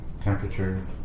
temperature